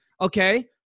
okay